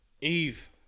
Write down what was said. Eve